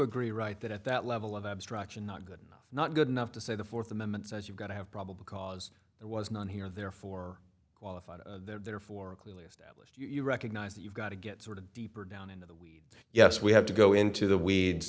agree right that at that level of abstraction not good not good enough to say the fourth amendment says you've got to have probable cause there was none here therefore qualified therefore clearly established you recognize that you've got to get sort of deeper down into the yes we have to go into the weeds